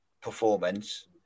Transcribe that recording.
performance